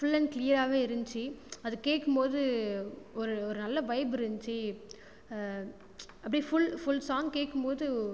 full and க்ளியராகவே இருந்துச்சி அது கேட்கும்மோது ஒரு ஒரு நல்ல வைப் இருந்துச்சி அப்படியே ஃபுல் ஃபுல் சாங் கேட்கும்மோது